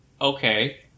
Okay